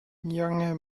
younger